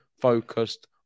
focused